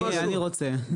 אני רוצה.